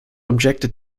objected